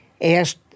asked